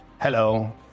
Hello